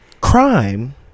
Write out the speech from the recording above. Crime